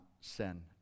sin